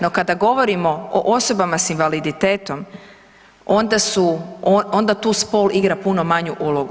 No, kada govorimo o osobama s invaliditetom onda tu spol igra puno manju ulogu.